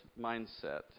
mindset